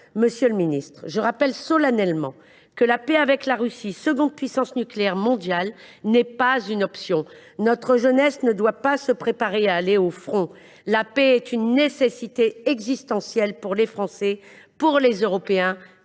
Monsieur le ministre, je rappelle solennellement que la paix avec la Russie, deuxième puissance nucléaire mondiale, n’est pas une option. Notre jeunesse ne doit pas se préparer à aller au front. La paix est une nécessité existentielle pour les Français, pour les Européens,